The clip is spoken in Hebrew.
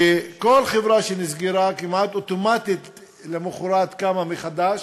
כשכל חברה שנסגרה, כמעט אוטומטית למחרת קמה מחדש